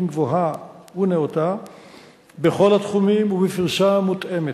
גבוהה ונאותה בכל התחומים ובפריסה מותאמת.